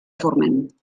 forment